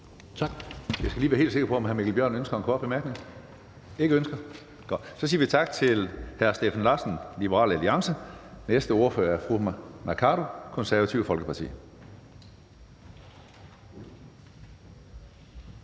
Jeg skal lige være helt sikker på, at hr. Mikkel Bjørn ønsker en kort bemærkning. Det ønsker han ikke. Godt, så siger vi tak til hr. Steffen Larsen, Liberal Alliance. Den næste ordfører er fru Mai Mercado, Det Konservative Folkeparti.